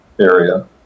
area